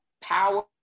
power